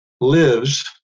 lives